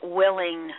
willing